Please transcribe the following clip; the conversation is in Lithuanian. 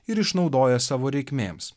ir išnaudoja savo reikmėms